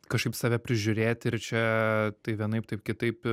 kažkaip save prižiūrėti ir čia tai vienaip tai kitaip